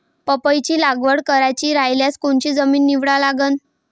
पपईची लागवड करायची रायल्यास कोनची जमीन निवडा लागन?